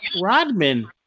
Rodman